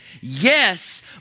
yes